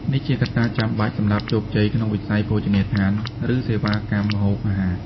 នេះជាកត្តាចាំបាច់សម្រាប់ជោគជ័យក្នុងវិស័យភោជនីយដ្ឋាន ឬសេវាកម្មម្ហូបអាហារ។